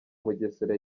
mugesera